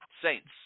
Saints